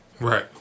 Right